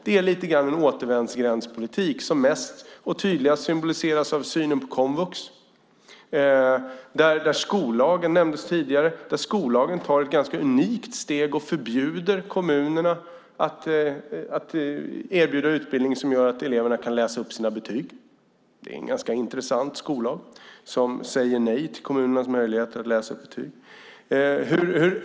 Det är lite grann av en återvändsgrändspolitik som mest och tydligast symboliseras av synen på komvux där skollagen, som nämndes tidigare, i ett ganska unikt steg förbjuder kommunerna att erbjuda utbildning som gör att eleverna kan läsa upp sina betyg. Det är en ganska intressant skollag som säger nej till möjligheten att läsa upp betyg.